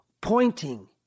pointing